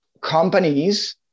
companies